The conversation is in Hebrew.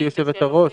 גברתי היושבת-ראש,